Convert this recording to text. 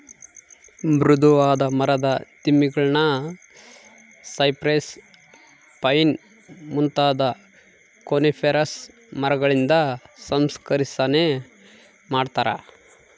ಮೃದುವಾದ ಮರದ ದಿಮ್ಮಿಗುಳ್ನ ಸೈಪ್ರೆಸ್, ಪೈನ್ ಮುಂತಾದ ಕೋನಿಫೆರಸ್ ಮರಗಳಿಂದ ಸಂಸ್ಕರಿಸನೆ ಮಾಡತಾರ